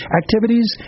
activities